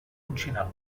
funcional